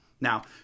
Now